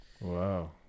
Wow